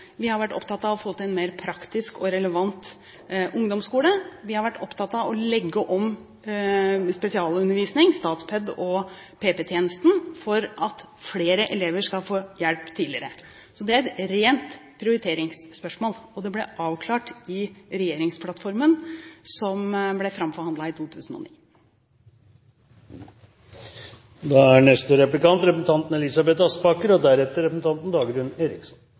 Vi har vært opptatt av å få til en mer praktisk og relevant ungdomsskole. Vi har vært opptatt av å legge om spesialundervisningen, Statped og PP-tjenesten for at flere elever skal få hjelp tidligere. Så det er et rent prioriteringsspørsmål, og det ble avklart i regjeringsplattformen som ble framforhandlet i 2009. Syv stortingsmeldinger de siste fem årene peker på læreren som aller viktigst, og at det er